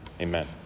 amen